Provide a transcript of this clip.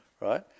right